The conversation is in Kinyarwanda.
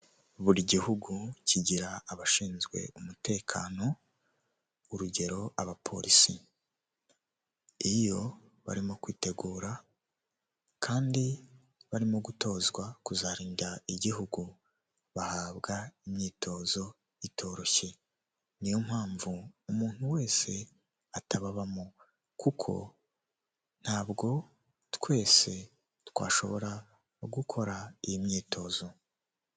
Buri gihugu kigira abashinzwe umutekano, urugero abapolisi, iyo barimo kwitegura kandi barimo gutozwa kuzarinda igihugu bahabwa imyitozo itoroshye, niyo mpamvu umuntu wese atababamo kuko ntabwo twese twashobora gukora iyi myitozo.